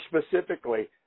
specifically